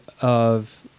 of-